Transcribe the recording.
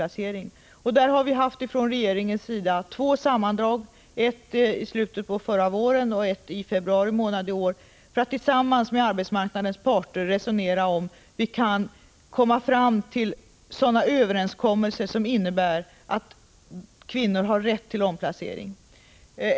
Regeringen har tagit initiativ till två överläggningar, en i slutet av förra våren och en i februari i år, för att tillsammans med arbetsmarknadens parter diskutera hur vi skall kunna uppnå överenskommelser som medger gravida kvinnor rätt till omplacering.